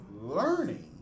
learning